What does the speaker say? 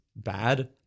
bad